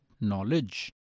knowledge